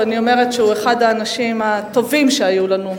ואני אומרת שהוא אחד האנשים הטובים שהיו לנו,